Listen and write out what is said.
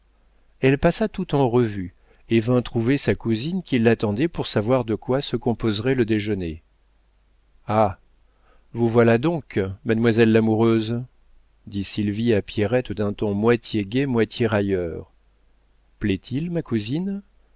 elle passa tout en revue et vint trouver sa cousine qui l'attendait pour savoir de quoi se composerait le déjeuner ah vous voilà donc mademoiselle l'amoureuse dit sylvie à pierrette d'un ton moitié gai moitié railleur plaît-il ma cousine